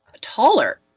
taller